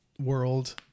world